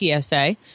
TSA